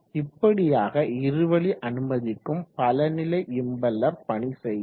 இப்படியாக இருவழி அனுமதிக்கும் பலநிலை இம்பெல்லர் பணி செய்யும்